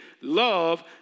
love